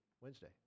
Wednesday